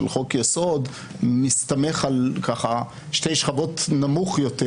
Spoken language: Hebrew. חוק-יסוד מסתמך על שתי שכבות נמוך יותר,